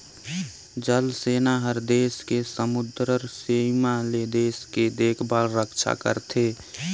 जल सेना हर देस के समुदरर सीमा ले देश के देखभाल रक्छा करथे